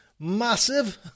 massive